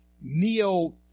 Neo